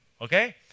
Okay